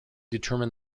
determined